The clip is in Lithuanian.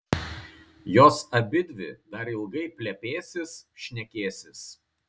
jos abidvi dar ilgai plepėsis šnekėsis